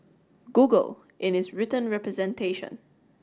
Google in its written representation